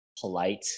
polite